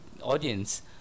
audience